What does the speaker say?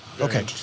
Okay